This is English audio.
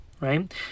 right